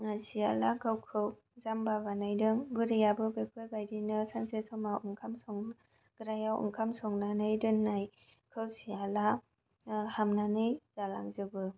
सियालआ गावखौ जाम्बा बानायदों बुरैयाबो बेफोरबायदिनो सानसे समाव ओंखाम संग्रायाव ओंखाम संनानै दोननायखौ सियालआ हाबनानै जालांजोबो